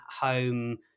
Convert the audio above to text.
home